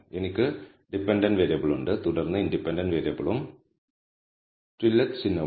എനിക്ക് ഡിപെൻഡന്റ് വേരിയബിളുണ്ട് തുടർന്ന് ഇൻഡിപെൻഡന്റ് വേരിയബിളും ടില്ലറ്റ് ചിഹ്നവുമുണ്ട്